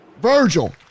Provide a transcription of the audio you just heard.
Virgil